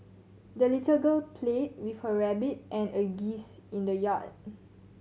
the little girl played with her rabbit and a geese in the yard